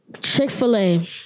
Chick-fil-A